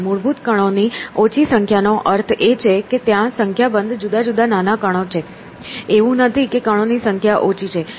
મૂળભૂત કણોની ઓછી સંખ્યાનો અર્થ છે કે ત્યાં સંખ્યાબંધ જુદા જુદા નાના કણો છે એવું નથી કે કણોની સંખ્યા ઓછી છે